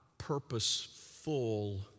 purposeful